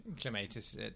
clematis